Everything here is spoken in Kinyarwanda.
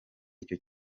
icyo